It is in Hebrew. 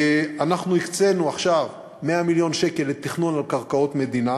אנחנו הקצינו עכשיו 100 מיליון שקל לתכנון על קרקעות מדינה,